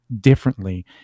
differently